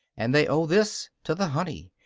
and they owe this to the honey,